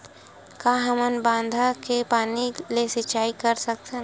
का हमन बांधा के पानी ले सिंचाई कर सकथन?